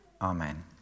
Amen